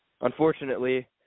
Unfortunately